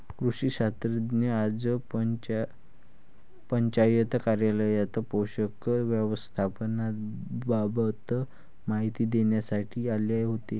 कृषी शास्त्रज्ञ आज पंचायत कार्यालयात पोषक व्यवस्थापनाबाबत माहिती देण्यासाठी आले होते